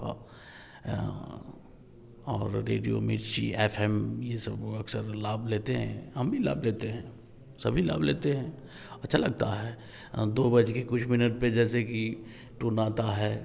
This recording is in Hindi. और रेडियो मिर्ची एफएम यह सब वह अक्सर लाभ लेते हैं हम भी लाभ लेते हैं सभी लाभ लेते हैं अच्छा लगता है दो बज कर कुछ मिनट पर जैसे कि टुन आता है